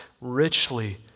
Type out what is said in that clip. richly